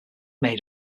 made